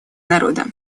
народа